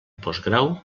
postgrau